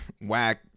whack